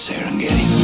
Serengeti